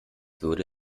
würde